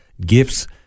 gifts